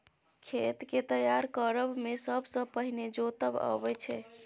खेत केँ तैयार करब मे सबसँ पहिने जोतब अबै छै